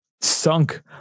sunk